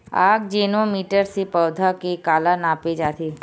आकजेनो मीटर से पौधा के काला नापे जाथे?